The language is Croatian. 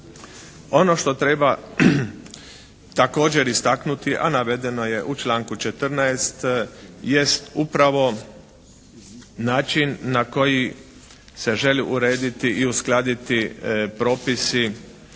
Ono što treba također istaknuti, a navedeno je u članku 14. jest upravo način na koji se želi urediti i uskladiti propisi